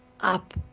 up